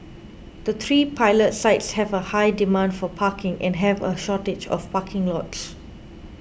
the three pilot sites have a high demand for parking and have a shortage of parking lots